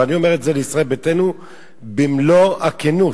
ואני אומר את זה לישראל ביתנו במלוא הכנות.